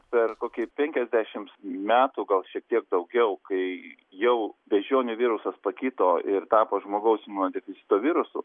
per kokį penkiasdešimt metų gal šiek tiek daugiau kai jau beždžionių virusas pakito ir tapo žmogaus imunodeficito virusu